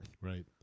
Right